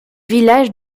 village